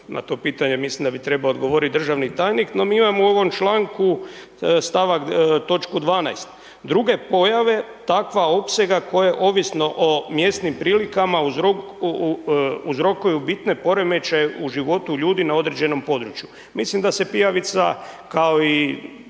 na to pitanje mislim da bi trebao odgovoriti državni tajnik, no mi imamo u ovom članku toč. 12., druge pojave takva opsega koje ovisno o mjesnim prilikama uzrokuju bitne poremećaje u životu ljudi u određenom području. Mislim da se pijavica, kao i